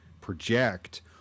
project